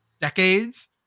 decades